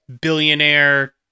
billionaire